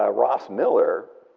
ah ross miller,